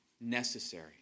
necessary